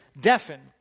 deafened